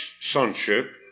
Sonship